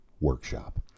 workshop